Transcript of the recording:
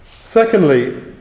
Secondly